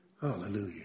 Hallelujah